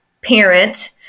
parent